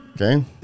Okay